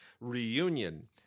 Reunion